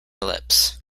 lips